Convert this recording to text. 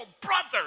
brother